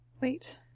Wait